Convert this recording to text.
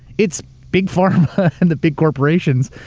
it's big pharma and the big corporations.